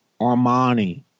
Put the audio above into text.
Armani